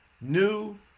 New